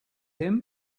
him